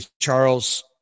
charles